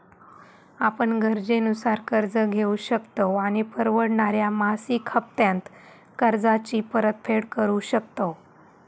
आपण गरजेनुसार कर्ज घेउ शकतव आणि परवडणाऱ्या मासिक हप्त्त्यांत कर्जाची परतफेड करु शकतव